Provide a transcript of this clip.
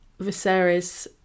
Viserys